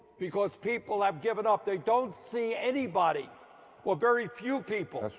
because people had given up. they don't see anybody or very few people